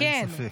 אין ספק.